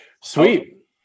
sweet